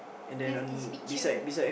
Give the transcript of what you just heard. left this picture